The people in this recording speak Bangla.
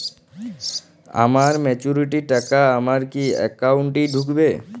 আমার ম্যাচুরিটির টাকা আমার কি অ্যাকাউন্ট এই ঢুকবে?